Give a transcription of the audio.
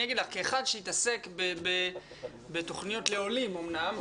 כאחד שהתעסק בתוכניות לעולים אמנם,